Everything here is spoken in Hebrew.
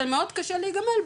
זה מאוד קשה להיגמל,